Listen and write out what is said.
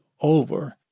over